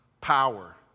Power